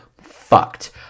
fucked